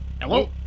Hello